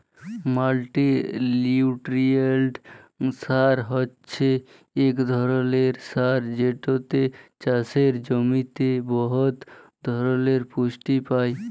মাল্টিলিউটিরিয়েল্ট সার হছে ইক ধরলের সার যেটতে চাষের জমিতে বহুত ধরলের পুষ্টি পায়